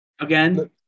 Again